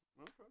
Okay